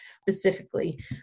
specifically